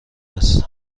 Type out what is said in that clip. است